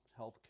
healthcare